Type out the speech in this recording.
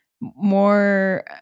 more –